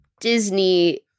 Disney